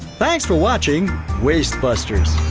thanks for watching wastebusters!